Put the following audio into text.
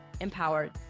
Empowered